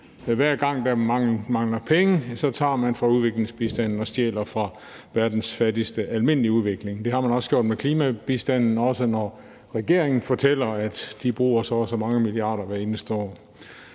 Hver gang der mangler penge, tager man fra udviklingsbistanden og stjæler fra verdens fattigstes almindelige udvikling. Det har man også gjort med klimabistanden, også når regeringen fortæller, at de bruger så og så mange milliarder kroner hvert eneste år.